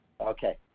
Okay